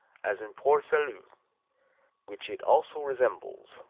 as in port-salut, which it also resembles,